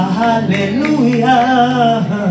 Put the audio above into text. hallelujah